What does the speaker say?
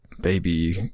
baby